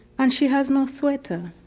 and she has no sweater.